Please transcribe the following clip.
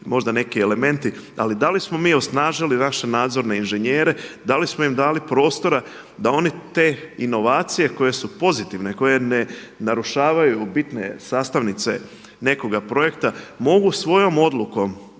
možda neki elementi, ali da li smo mi osnažili naše nadzorne inženjere, da li smo im dali prostora da oni te inovacije koje su pozitivne, koje ne narušavaju bitne sastavnice nekoga projekta mogu svojom odlukom